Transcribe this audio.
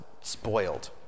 spoiled